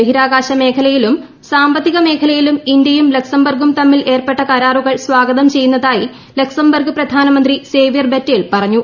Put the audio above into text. ബഹിരാകാശ മേഖലയിലും സാമ്പത്തിക് മേഖലയിലും ഇന്ത്യയും ലക്സംബർഗ് തമ്മിൽ ഏർപ്പെട്ട കരാറുകൾ സ്വാഗതം ചെയ്യുന്നതായി ലക്സംബർഗ് പ്രധാനമന്ത്രി സേവിയർ ബെറ്റേൽ പറഞ്ഞു